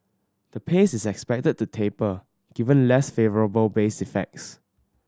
the pace is expected to taper given less favourable base effects